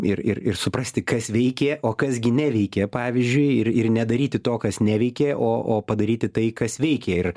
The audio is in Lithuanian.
ir ir ir suprasti kas veikė o kas gi neveikė pavyzdžiui ir ir nedaryti to kas neveikė o o padaryti tai kas veikė ir